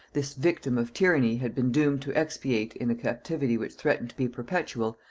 this victim of tyranny had been doomed to expiate in a captivity which threatened to be perpetual,